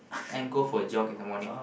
and go for jog in the morning